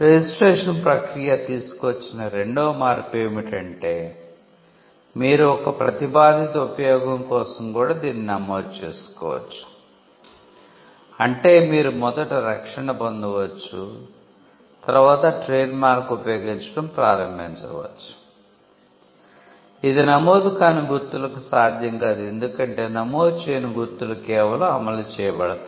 registration ప్రక్రియ తీసుకువచ్చిన రెండవ మార్పు ఏమిటంటే మీరు ఒక ప్రతిపాదిత ఉపయోగం కోసం కూడా దీనిని నమోదు చేసుకోవచ్చు అంటే మీరు మొదట రక్షణ పొందవచ్చు మరియు తరువాత ట్రేడ్మార్క్ ఉపయోగించడం ప్రారంభించవచ్చు ఇది నమోదుకాని గుర్తులకు సాధ్యం కాదు ఎందుకంటే నమోదు చేయని గుర్తులు కేవలం అమలు చేయబడతాయి